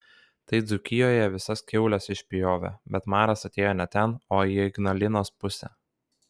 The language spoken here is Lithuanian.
tai dzūkijoje visas kiaules išpjovė bet maras atėjo ne ten o į ignalinos pusę